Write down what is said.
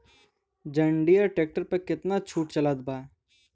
जंडियर tractor पर कितना के छूट चलत बा?